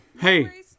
Hey